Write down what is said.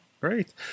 Great